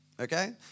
okay